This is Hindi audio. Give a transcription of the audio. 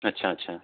अच्छा अच्छा